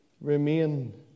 remain